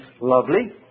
lovely